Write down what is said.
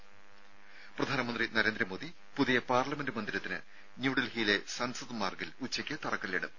ത പ്രധാനമന്ത്രി നരേന്ദ്രമോദി പുതിയ പാർലമെന്റ് മന്ദിരത്തിന് ന്യൂഡൽഹിയിലെ സൻസദ് മാർഗ്ഗിൽ ഉച്ചയ്ക്ക് തറക്കല്ലിടും